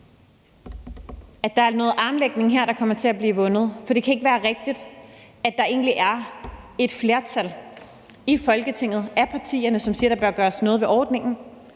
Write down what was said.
at der her er noget armlægning, der kommer til at blive vundet. For det kan ikke være rigtigt, at der egentlig er et flertal af partierne i Folketinget, som siger, at der bør gøres noget ved ordningen,